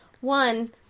One